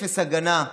אפס הגנה.